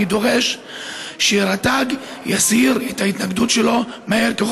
אני דורש שרט"ג תסיר את ההתנגדות שלה מהר ככל